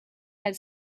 had